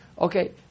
Okay